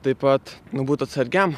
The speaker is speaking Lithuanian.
taip pat nu būt atsargiam